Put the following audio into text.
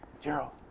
Gerald